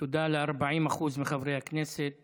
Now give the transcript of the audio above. ותודה ל-40% מחברי הכנסת